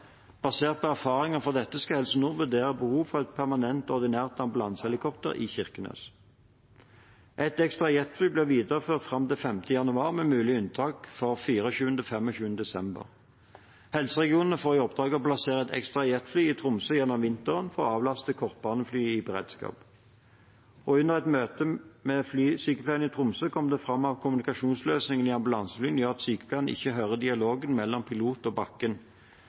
Basert på erfaringene fra dette skal Helse Nord vurdere behov for et permanent ordinært ambulansehelikopter i Kirkenes. Et ekstra jetfly blir videreført fram til 5. januar, med mulig unntak for 24.–25. desember. Helseregionene får i oppdrag å plassere et ekstra jetfly i Tromsø gjennom vinteren for å avlaste kortbaneflyene i beredskap. Under et møte med flysykepleierne i Tromsø kom det fram at kommunikasjonsløsningen i ambulanseflyene gjør at sykepleierne ikke hører dialogen mellom pilotene og bakken.